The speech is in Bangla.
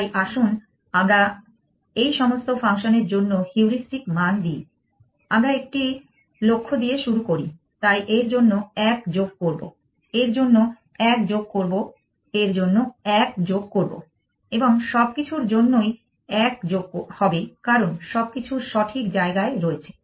তাই আসুন আমরা এই সমস্ত ফাংশনের জন্য হিউরিস্টিক মান দিই আমরা একটি লক্ষ্য দিয়ে শুরু করি তাই এর জন্য এক যোগ করবো এর জন্য এক যোগ করবোএর জন্য এক যোগ করবো এবং সবকিছুর জন্যই এক যোগ হবে কারণ সবকিছু সঠিক জায়গায় রয়েছে